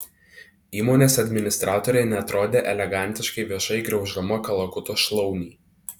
įmonės administratorė neatrodė elegantiškai viešai griauždama kalakuto šlaunį